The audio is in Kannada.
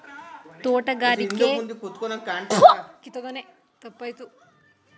ತೋಟಗಾರಿಕೆ ಇಲಾಖೆಯಿಂದ ಸಬ್ಸಿಡಿ ಯೋಜನೆಗಳಿದ್ದರೆ ಮಾಹಿತಿ ನೀಡಿ?